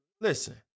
Listen